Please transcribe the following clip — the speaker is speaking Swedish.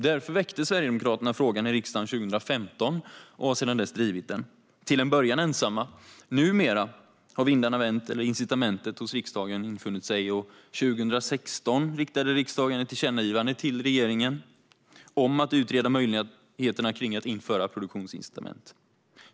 Därför väckte SD frågan i riksdagen 2015 och har sedan dess drivit den, till en början ensamma. Men nu har vindarna vänt eller incitamentet i riksdagen infunnit sig, och 2016 riktade riksdagen ett tillkännagivande till regeringen om att utreda möjligheterna för att införa produktionsincitament.